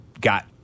got